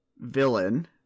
villain